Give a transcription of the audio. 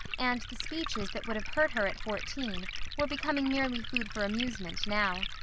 and the speeches that would have hurt her at fourteen were becoming merely food for amusement now.